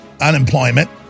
unemployment